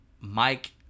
mike